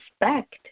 respect